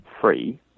free